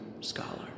Scholar